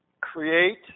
Create